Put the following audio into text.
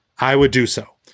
i would do so.